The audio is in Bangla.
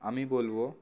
আমি বলবো